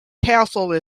castle